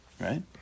Right